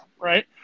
right